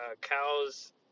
cows